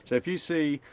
if you see,